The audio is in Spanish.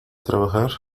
trabajar